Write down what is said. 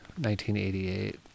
1988